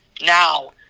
Now